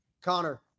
Connor